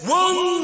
one